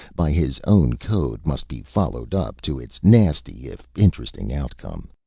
by his own code, must be followed up, to its nasty, if interesting, outcome.